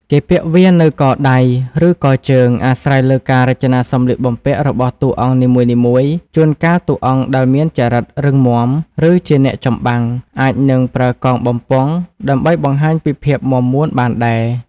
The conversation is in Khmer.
គេពាក់វានៅកដៃ ឬកជើង អាស្រ័យលើការរចនាសម្លៀកបំពាក់របស់តួអង្គនីមួយៗ ជួនកាលតួអង្គដែលមានចរិតរឹងមាំ ឬជាអ្នកចម្បាំង អាចនឹងប្រើកងបំពង់ដើម្បីបង្ហាញពីភាពមាំមួនបានដែរ។